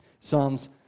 Psalms